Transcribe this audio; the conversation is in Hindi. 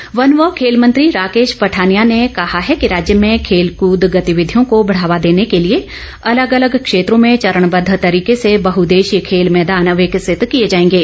राकेश पठानिया वन व खेल मंत्री राकेश पठानिया ने कहा है कि राज्य में खेलकूद गतिविधियों को बढ़ावा देने के लिए अलग अलग क्षेत्रों में चरणबद्ध तरीके से बहददेशीय खेल मैदान विकसित किए जाएगे